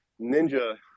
Ninja